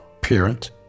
parent